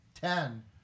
ten